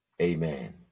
Amen